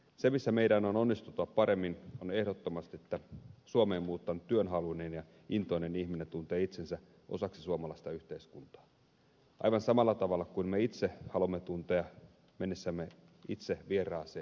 se missä meidän on onnistuttava paremmin on ehdottomasti se että suomeen muuttanut työhaluinen ja intoinen ihminen tuntee itsensä osaksi suomalaista yhteiskuntaa aivan samalla tavalla kuin me itse haluamme tuntea mennessämme itse vieraaseen ympäristöön